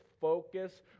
focus